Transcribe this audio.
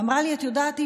ואמרה לי: את יודעת,